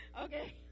okay